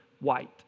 white